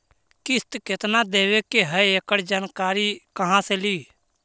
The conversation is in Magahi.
किस्त केत्ना देबे के है एकड़ जानकारी कहा से ली?